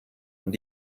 und